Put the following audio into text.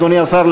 אדוני השר,